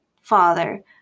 father